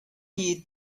you